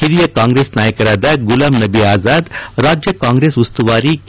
ಹಿರಿಯ ಕಾಂಗ್ರೆಸ್ ನಾಯಕರಾದ ಗುಲಾಂ ನಬಿ ಅಜಾದ್ ರಾಜ್ಯ ಕಾಂಗ್ರೆಸ್ ಉಸ್ತುವಾರಿ ಕೆ